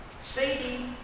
sadie